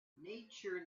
nature